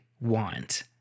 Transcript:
want